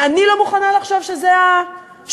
ואני לא מוכנה לחשוב שזה המצב.